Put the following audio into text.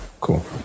Cool